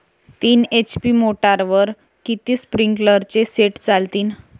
तीन एच.पी मोटरवर किती स्प्रिंकलरचे सेट चालतीन?